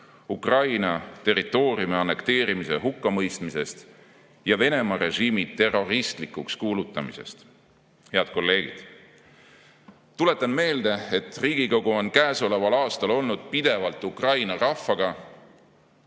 "Ukraina territooriumi annekteerimise hukkamõistmisest ja Venemaa režiimi terroristlikuks kuulutamisest" eelnõu. Head kolleegid! Tuletan meelde, et Riigikogu on käesoleval aastal olnud pidevalt Ukraina rahvaga